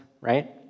right